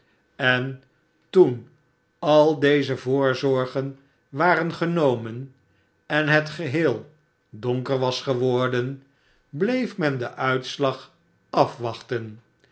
en toen al deze voorzorgen waren genomen en het geheel donker was geworden bleef men den uitslag afwachten